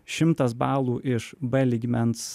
šimtas balų iš b lygmens